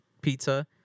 pizza